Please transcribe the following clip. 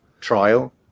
trial